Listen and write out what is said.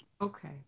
Okay